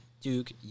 Duke